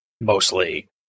mostly